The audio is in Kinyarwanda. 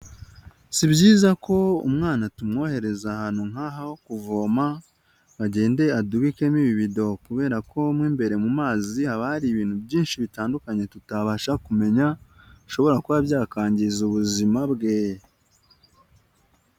Si byiza ko umwana tumwohereza ahantu nk'aha ho kuvoma, ngo agende adubikemo ibibido, kubera ko mo imbere mu mazi haba hari ibintu byinshi bitandukanye tutabasha kumenya, bishobora kuba byakangiza ubuzima bwe.